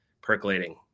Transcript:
percolating